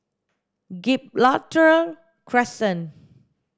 Gibraltar Crescent